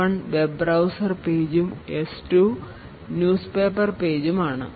S1 web browser പേജും S2 daily news paper പേജും ആണ്